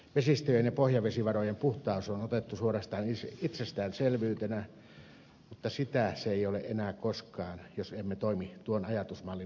vesistöjen ja pohjavesivarojen puhtaus on otettu suorastaan itsestäänselvyytenä mutta sitä se ei ole enää koskaan jos emme toimi tuon ajatusmallin mukaisesti